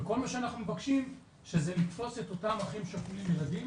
וכל מה שאנחנו מבקשים זה לתפוס את אותם אחים שכולים ילדים